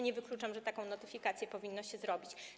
Nie wykluczam, że taką notyfikację powinno się zrobić.